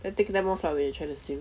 eh take them off lah when you try to swim